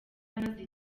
amaze